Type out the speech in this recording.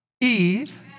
Eve